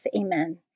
Amen